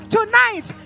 Tonight